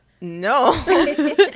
no